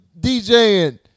DJing